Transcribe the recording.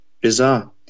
Bizarre